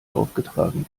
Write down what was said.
aufgetragen